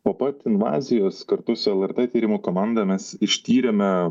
po pat invazijos kartu su lrt tyrimų komanda mes ištyrėme